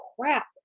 crap